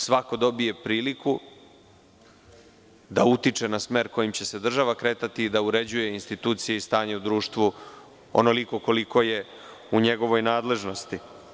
Svako dobije priliku da utiče na smer kojim će se država kretati i da uređuje institucije i stanje u društvu onoliko koliko je u njegovoj nadležnosti.